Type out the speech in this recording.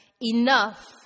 enough